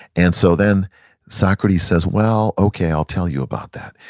and so then socrates says well, okay. i'll tell you about that.